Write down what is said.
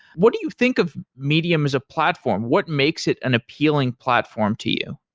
what do you think of medium as a platform? what makes it an appealing platform to you?